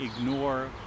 ignore